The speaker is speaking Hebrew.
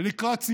ולקראת סיום,